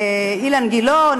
אילן גילאון,